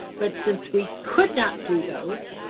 but since we could not do those,